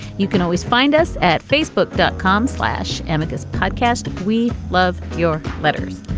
you can always find us at facebook dot com slash amigas podcast. we love your letters.